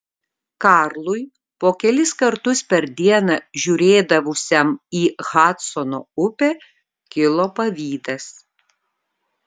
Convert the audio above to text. karlui po kelis kartus per dieną žiūrėdavusiam į hadsono upę kilo pavydas